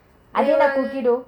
I don't like cookie dough